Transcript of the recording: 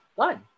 done